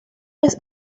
les